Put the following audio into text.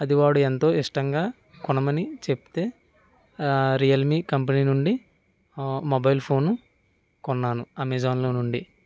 అది వాడు ఎంతో ఇష్టంగా కొనమని చెప్తే రియల్ మీ కంపెనీ నుండి మొబైల్ ఫోను కొన్నాను అమెజాన్లో నుండి